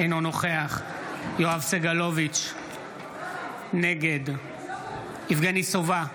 אינו נוכח יואב סגלוביץ' נגד יבגני סובה,